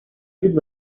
رسید